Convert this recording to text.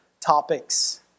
topics